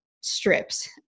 strips